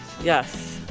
yes